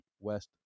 West